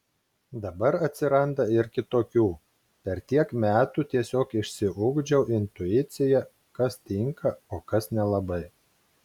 dabar atsiranda ir kitokių per tiek metų tiesiog išsiugdžiau intuiciją kas tinka o kas nelabai